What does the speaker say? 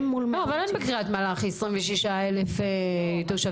לא אבל אין בקרית מלאכי 26,000 תושבים